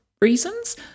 reasons